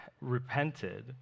Repented